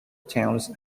towns